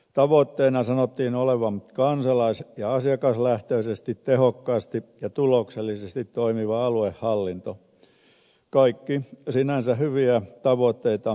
tavoitteena sanottiin olevan kansalais ja asiakaslähtöisesti tehokkaasti ja tuloksellisesti toimiva aluehallinto kaikki sinänsä hyviä tavoitteita lähtökohdiltaan